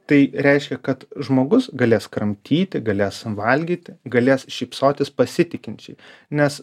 tai reiškia kad žmogus galės kramtyti galės valgyti galės šypsotis pasitikinčiai nes